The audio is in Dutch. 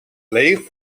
leeg